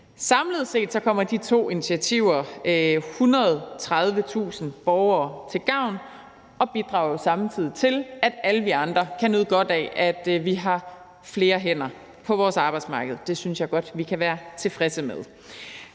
Samlet set kommer de to initiativer 130.000 borgere til gavn, og det bidrager samtidig til, at alle vi andre kan nyde godt af, at vi har flere hænder på vores arbejdsmarked. Det synes jeg godt vi kan være tilfredse med.